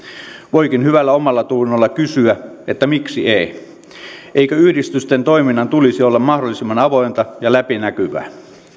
voikin hyvällä omallatunnolla kysyä miksi ei eikö yhdistysten toiminnan tulisi olla mahdollisimman avointa ja läpinäkyvää